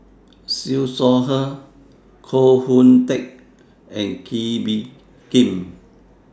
Siew Shaw Her Koh Hoon Teck and Kee Bee Khim